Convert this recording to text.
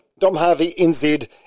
domharveynz